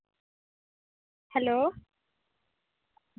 hello